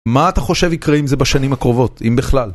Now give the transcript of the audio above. מה אתה חושב יקרה עם זה בשנים הקרובות, אם בכלל?